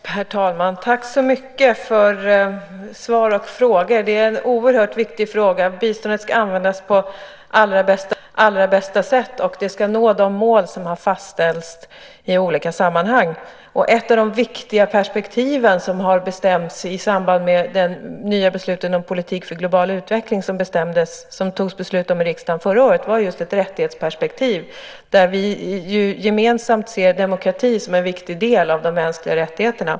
Herr talman! Tack så mycket för både svar och frågor! Det är en oerhört viktig fråga att biståndet används på allra bästa sätt. De mål ska nås som har fastställts i olika sammanhang. Ett av de viktiga perspektiv som har bestämts i samband med det nya beslutet om en politik för global utveckling som fattades i riksdagen förra året var just ett rättighetsperspektiv. Gemensamt ser vi där demokrati som en viktig del av de mänskliga rättigheterna.